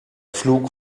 flug